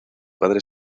padre